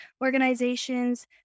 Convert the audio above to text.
organizations